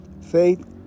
faith